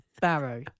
Barrow